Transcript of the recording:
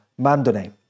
Mandone